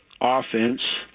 offense